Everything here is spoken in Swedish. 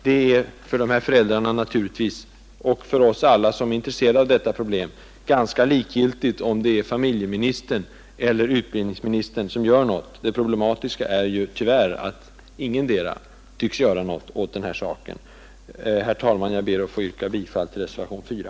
Det är naturligtvis för föräldrarna, och för alla som är intresserade av detta problem, ganska likgiltigt om det är familjeministern eller utbildningsministern som handlar. Det problematiska är ju tyvärr att ingendera tycks göra något åt denna sak. Herr talman! Jag ber att få yrka bifall till reservationen 4.